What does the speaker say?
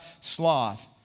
sloth